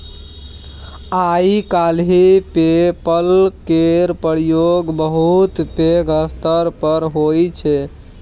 आइ काल्हि PayPal केर प्रयोग बहुत पैघ स्तर पर होइ छै